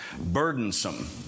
burdensome